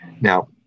Now